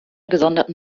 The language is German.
gesonderten